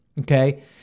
Okay